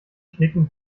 knicken